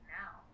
now